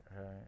right